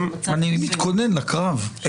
אני מתכונן לקרב.